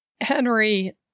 henry